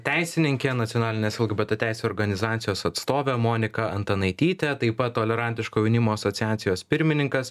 teisininkė nacionalinės lgbt teisių organizacijos atstovė monika antanaitytė taip pat tolerantiško jaunimo asociacijos pirmininkas